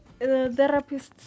therapists